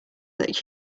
that